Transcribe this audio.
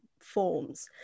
forms